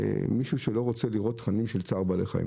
מי שלא רוצה לראות תכנים של צער בעלי חיים,